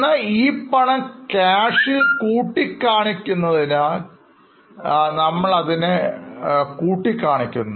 എന്നാൽ ഈ പണം cash ൽ കൂട്ടി കാണിക്കാത്തതിനാൽ നമ്മൾ അതിനെ കൂട്ടി കാണിക്കുന്നു